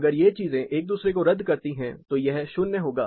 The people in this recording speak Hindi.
अगर ये चीजें एक दूसरे को रद्द करती हैं तो यह 0 होगा